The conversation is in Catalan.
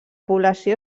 població